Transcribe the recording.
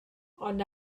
ond